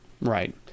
Right